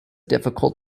difficult